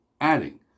adding